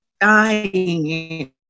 dying